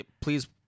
please